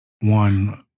One